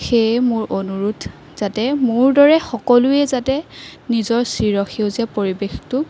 সেয়ে মোৰ অনুৰোধ যাতে মোৰ দৰে সকলোৱে যাতে নিজৰ চিৰ সেউজীয়া পৰিৱেশটো